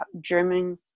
German